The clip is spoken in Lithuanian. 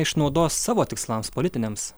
išnaudos savo tikslams politiniams